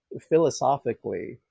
philosophically